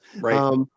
Right